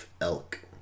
elk